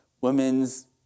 women's